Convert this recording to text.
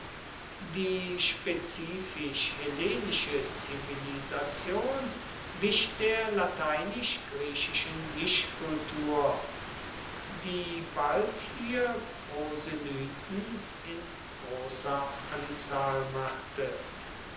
die spezifisch hellenische zivilisation wich der lateinisch griechischen mischkultur die bald hier proselyten in großer anzahl machte